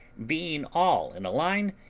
being all in a line,